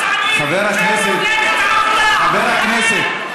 הגזענית של מפלגת העבודה, חבר הכנסת.